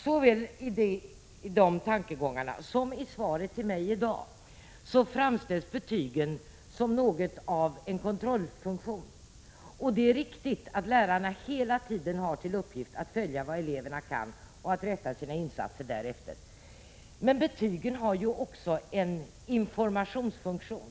Såväl i de tankegångarna som i svaret till mig i dag framställs betygen som något av en kontrollfunktion. Det är riktigt att lärarna har till uppgift att hela tiden följa elevernas kunskapsinhämtande och rätta sina insatser därefter. Men betygen har ju också en informationsfunktion.